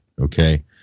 Okay